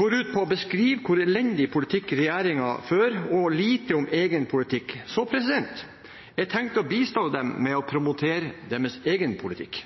går ut på å beskrive hvor elendig politikk regjeringen fører, og lite om egen politikk – tenkte jeg å bistå dem med å promotere deres egen politikk.